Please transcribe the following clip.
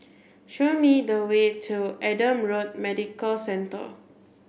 show me the way to Adam Road Medical Centre